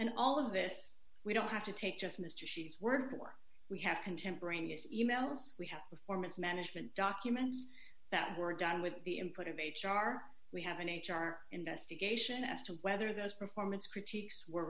and all of this we don't have to take just mr she's word for we have contemporaneous emails we have before mismanagement documents that were done with the input of h r we have an h r investigation as to whether those performance critiques were